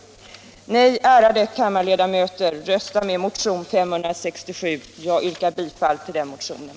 Nej, ärade kammarledamöter, rösta med motion 567! Jag yrkar bifall till den motionen.